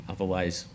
Otherwise